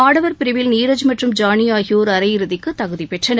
ஆடவர் பிரிவில் நீரஜ் மற்றும் ஜானி ஆகியோர் அரையிறுதிக்கு தகுதி பெற்றனர்